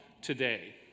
today